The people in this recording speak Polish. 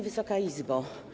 Wysoka Izbo!